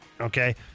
Okay